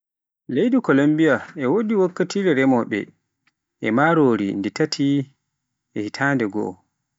Leydi Kolumbiya e wodi wakkatire remowoobe marori nde tati hitande goo.